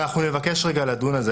אז אנחנו נבקש רגע לדון על זה,